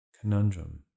Conundrum